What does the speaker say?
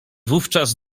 wówczas